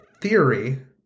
theory